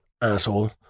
asshole